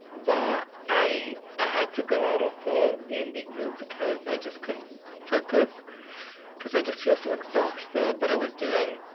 but i ah had to go out of the d and d group because i just couldn't focus because i just feel so exhausted. but i was doing.